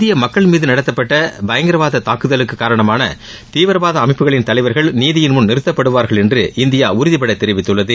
இந்திய மக்கள் மீது நடத்தப்பட்ட பயங்கரவாத தாக்குதலுக்கு காரணமான தீவிரவாத அமைப்புகளில் தலைவர்கள் நீதியின் முன் நிறுத்தப்படுவார்கள் என்று இந்தியா உறுதிபட தெரிவித்துள்ளது